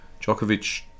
Djokovic